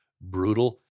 brutal